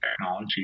technology